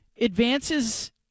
advances